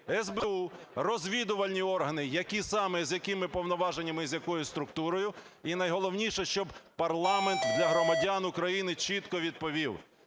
СБУ, розвідувальні органи, які саме, з якими повноваженнями і з якою структурою, і, найголовніше, щоб парламент для громадян України чітко відповів: